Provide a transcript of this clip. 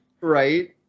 Right